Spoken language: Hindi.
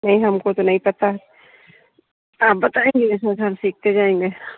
नहीं हमको तो नहीं पता आप बताएंगे तो हम सीखते जाएंगे